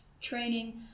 training